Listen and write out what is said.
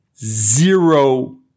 zero